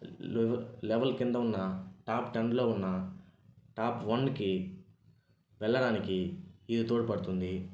లె లెవల్ కింద ఉన్న టాప్ టెన్లో ఉన్న టాప్ వన్కి వెళ్ళడానికి ఇది తోడ్పడుతుంది